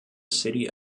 city